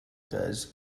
guys